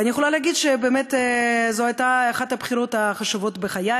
אני יכולה לומר שזאת הייתה אחת הבחירות החשובות בחיי,